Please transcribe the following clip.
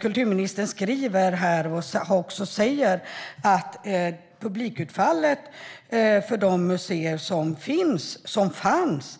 Kulturministern säger att publikutfallet för de museer som fanns